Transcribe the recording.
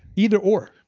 either or.